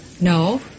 No